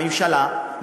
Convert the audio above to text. את הממשלה,